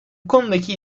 konudaki